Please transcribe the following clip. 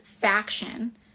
faction